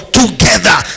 together